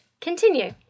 Continue